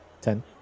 Ten